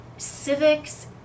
civics